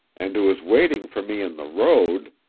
and who is waiting for me in the road